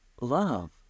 love